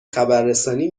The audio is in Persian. خبررسانی